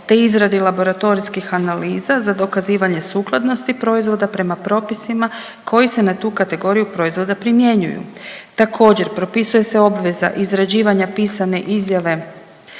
te izradi laboratorijskih analiza za dokazivanje sukladnosti proizvoda prema propisima koji se na tu kategoriju proizvoda primjenjuju. Također propisuje se obveza izrađivanja pisane izjave